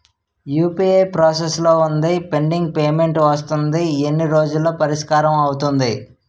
UPI process లో వుందిపెండింగ్ payment వస్తుంది ఎన్ని రోజుల్లో పరిష్కారం అవుతుంది